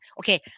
Okay